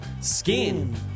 Skin